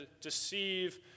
deceive